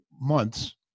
months